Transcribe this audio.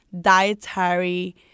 dietary